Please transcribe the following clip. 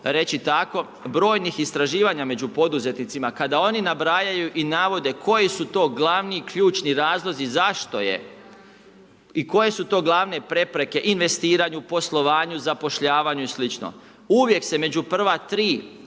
reći tako brojnih istraživanja među poduzetnicima kada oni nabrajaju i navode koji su to glavni ključni razlozi zašto je i koje su to glavne prepreke investiranju, poslovanju, zapošljavanju i slično. Uvijek se među prva tri